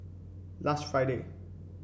last Friday